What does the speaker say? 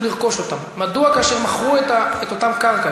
תוך כדי שאתה עולה בדרכך: אם הבנתי נכון מחברת הכנסת מועלם,